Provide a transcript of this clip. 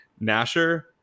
Nasher